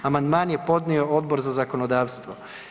Amandman je podnio Odbor za zakonodavstvo.